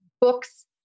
books